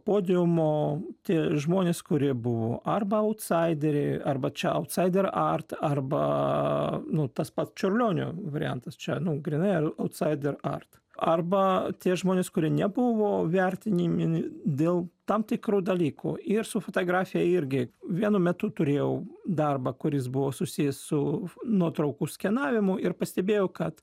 podiumo tie žmonės kurie buvo arba autsaideriai arba čia autsaider art arba nu tas pats čiurlionio variantas čia nu grynai ar autsaider art arba tie žmonės kurie nebuvo vertinimi dėl tam tikrų dalykų ir su fotografija irgi vienu metu turėjau darbą kuris buvo susijęs su nuotraukų skenavimu ir pastebėjau kad